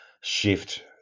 shift